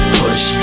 push